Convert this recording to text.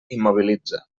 immobilitza